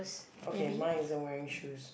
okay mine isn't wearing shoes